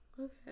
Okay